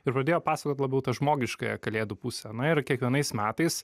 ir pradėjo pasakot labiau tą žmogiškąją kalėdų pusę na ir kiekvienais metais